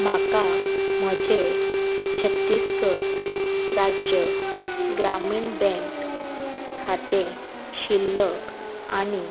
म्हाका म्हजें छत्तीसगड राज्य ग्रामीण बँक खातें शिल्लक आणी